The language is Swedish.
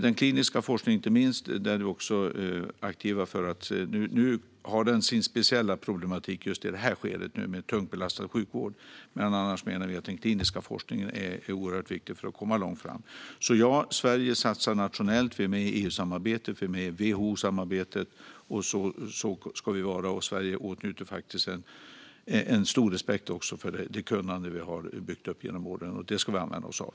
Det gäller inte minst den kliniska forskningen, där vi är aktiva. Nu har den sin speciella problematik i det här skedet med en tungt belastad sjukvård. Annars menar vi att den kliniska forskningen är oerhört viktig för att komma långt fram. Sverige satsar nationellt, och vi är med i EU-samarbetet. Vi är med i WHO-samarbetet. Så ska vi vara. Sverige åtnjuter en stor respekt för det kunnande vi har byggt upp genom åren. Det ska vi använda oss av.